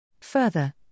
Further